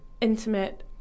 intimate